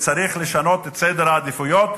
שצריך לשנות את סדר העדיפויות,